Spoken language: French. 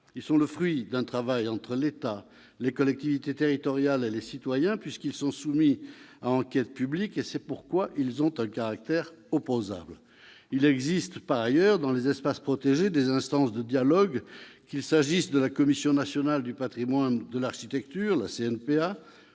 Ils sont le fruit d'un travail entre l'État, les collectivités territoriales et les citoyens, puisqu'ils sont soumis à enquête publique. C'est pourquoi ils ont un caractère opposable. Il existe par ailleurs, dans les espaces protégés, des instances de dialogue, qu'il s'agisse de la Commission nationale du patrimoine et de l'architecture, la CNPA,